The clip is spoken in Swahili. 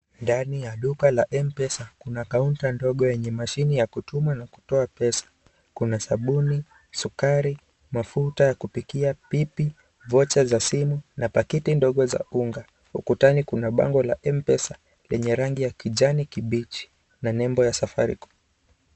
Ndani ya duka la Mpesa, kuna kaunta ndogo yenye mashine ya kutuma na kutoa pesa. Kuna sabuni, sukari, mafuta ya kupikia, pipi, vocha za simu na pakiti ndogo za unga. Ukutani kuna bango la Mpesa lenye rangi ya kijani kibichi na nembo ya Safaricom.